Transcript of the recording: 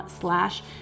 slash